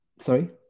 sorry